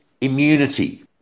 immunity